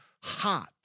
hot